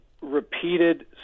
repeated